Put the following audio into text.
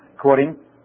quoting